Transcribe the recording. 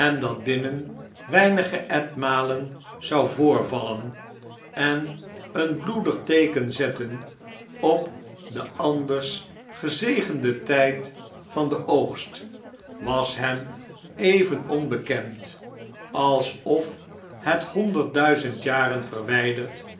dat binnen weinige etmalen zou voorvallen en een bloedig teeken zetau secret ten op den anders gezegenden tjjd van den oogst was hem even onbekend alsof het honderd duizend jaren verwjjderd